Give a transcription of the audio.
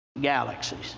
galaxies